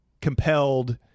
compelled